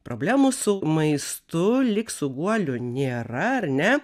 problemų su maistu lyg su guoliu nėra ar ne